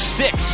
six